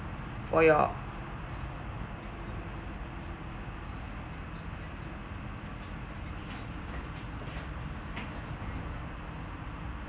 for your